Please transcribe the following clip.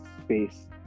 space